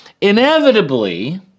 inevitably